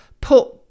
put